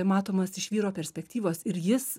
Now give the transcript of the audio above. matomas iš vyro perspektyvos ir jis